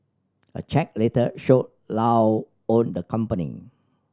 a check later showed Low owned the company